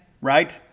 right